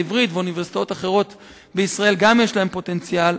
ואוניברסיטאות אחרות בישראל גם להן יש פוטנציאל,